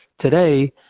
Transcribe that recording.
today